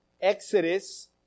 Exodus